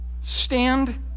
stand